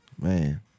Man